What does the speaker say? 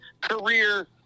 career